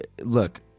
look